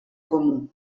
comú